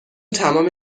تمام